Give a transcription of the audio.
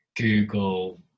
Google